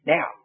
Now